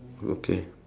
good okay